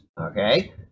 okay